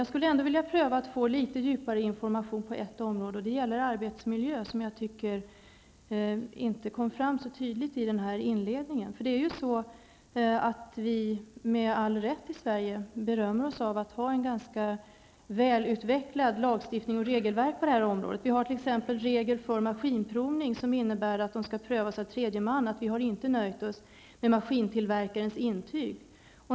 Jag skulle ändå vilja pröva att få litet djupare information på ett område, nämligen vad gäller arbetsmiljön, som jag inte tycker kom fram så tydligt i statsrådets inledning. Det är ju så att vi, med all rätt, i Sverige berömmer oss av att på detta område ha en lagstiftning och ett regelverk som är ganska välutvecklade. Vi har t.ex. regler för maskinprovning, som innebär att maskiner skall prövas av tredje man. Vi har alltså inte nöjt oss med maskintillverkarens intyg.